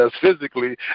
physically